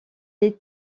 les